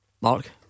Mark